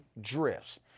drifts